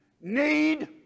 need